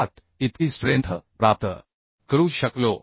57 इतकी स्ट्रेंथ प्राप्त करू शकलो